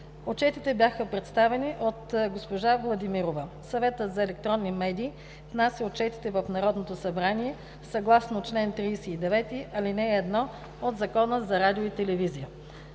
Отчетите бяха представени от госпожа София Владимирова. Съветът за електронни медии внася отчетите в Народното събрание съгласно чл. 39, ал. 1 от Закона за радиото и телевизията.